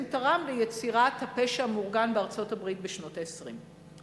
תרם ליצירת הפשע המאורגן בארצות-הברית בשנות ה-20.